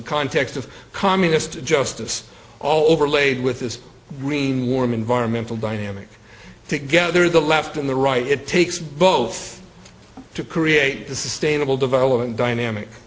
the context of communist justice all overlaid with this green warm environmental dynamic to gather the left and the right it takes both to create the sustainable development dynamic